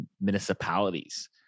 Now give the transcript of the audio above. municipalities